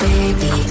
Baby